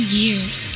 years